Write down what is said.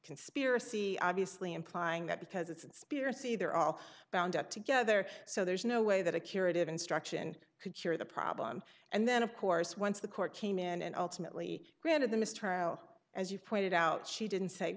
conspiracy obviously implying that because it's peter see they're all bound up together so there's no way that a curative instruction could cure the problem and then of course once the court came in and ultimately granted the mistrial as you pointed out she didn't say